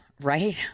right